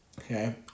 Okay